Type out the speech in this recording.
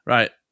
Right